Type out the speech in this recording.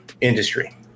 industry